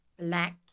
black